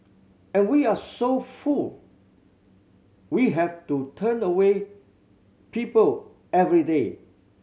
and we are so full we have to turn away people every day